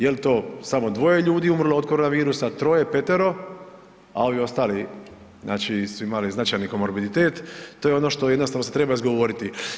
Je li to samo dvoje ljudi umrlo od koronavirusa, troje, petero, a ovi ostali znači su imali značajan komorbiditet, to je ono što jednostavno se treba izgovoriti.